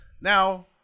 Now